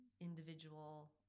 individual